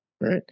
right